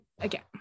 again